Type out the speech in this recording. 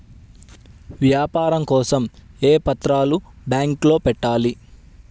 వ్యాపారం కోసం ఏ పత్రాలు బ్యాంక్లో పెట్టాలి?